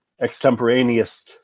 extemporaneous